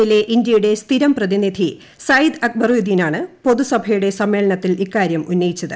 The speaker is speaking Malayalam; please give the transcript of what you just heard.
എന്നിലെ ഇന്ത്യയുടെ സ്ഥിരം പ്രതിനിധി സയ്യിദ് അക്ബറുദ്ദീനാണ് പൊതുസഭയുടെ സമ്മേളനത്തിൽ ഇക്കാര്യം ഉന്നയിച്ചത്